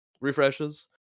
refreshes